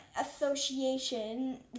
association